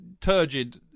Turgid